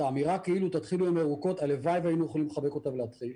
האמירה תתחילו עם ירוקות הלוואי והיינו יכולים לחבק אותה ולהתחיל,